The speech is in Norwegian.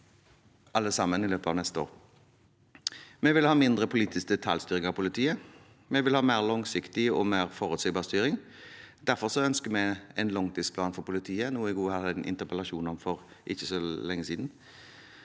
alle sammen i løpet av neste år. Vi vil ha mindre politisk detaljstyring av politiet. Vi vil ha en mer langsiktig og mer forutsigbar styring. Derfor ønsker vi en langtidsplan for politiet, noe jeg også hadde en interpellasjon om for ikke så lenge siden.